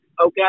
Okay